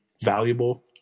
valuable